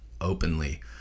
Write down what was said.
openly